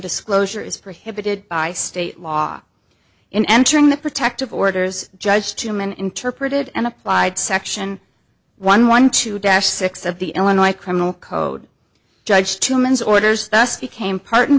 disclosure is prohibited by state law in entering the protective orders judge tumen interpreted and applied section one one two dash six of the illinois criminal code judge two men's orders thus became part and